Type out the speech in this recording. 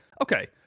okay